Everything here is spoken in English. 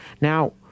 Now